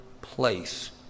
place